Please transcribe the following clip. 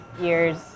years